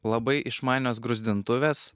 labai išmanios gruzdintuvės